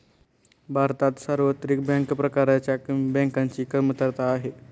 भारतात सार्वत्रिक बँक प्रकारच्या बँकांची कमतरता आहे